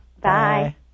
Bye